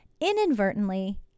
Inadvertently